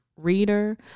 reader